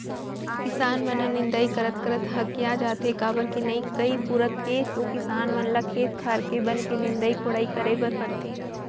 किसान मन ह निंदई करत करत हकिया जाथे काबर के कई पुरूत के तो किसान मन ल खेत खार के बन के निंदई कोड़ई करे बर परथे